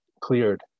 cleared